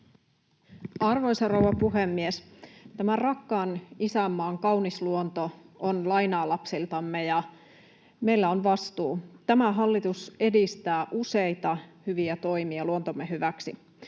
Arvoisa rouva puhemies! Tämän rakkaan isänmaan kaunis luonto on lainaa lapsiltamme, ja meillä on vastuu. Tämä hallitus edistää useita hyviä toimia luontomme hyväksi.